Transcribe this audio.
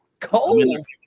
Cold